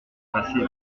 passé